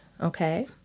okay